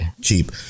Cheap